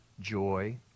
joy